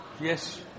Yes